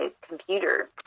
computer